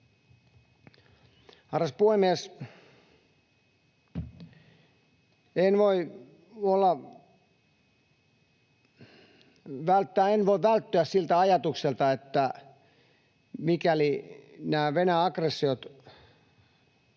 Arvoisa puhemies! En voi välttyä siltä ajatukselta, että mikäli nämä Venäjän aggressiot